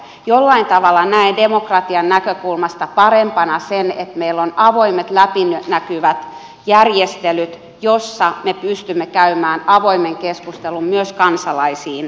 jollain tavalla näen demokratian näkökulmasta parempana sen että meillä on avoimet läpinäkyvät järjestelyt joissa me pystymme käymään avoimen keskustelun myös kansalaisiin päin